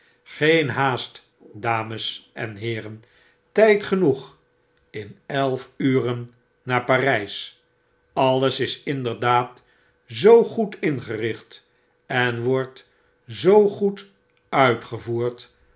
geen haast dames en heeren tijd genoeg in elf uren naar parys alles is inderdaad zoo foed ingericht en wordt zoo goed uitgevoerd